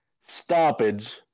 stoppage